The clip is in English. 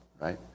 right